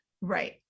Right